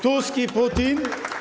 Tusk i Putin?